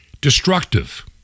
destructive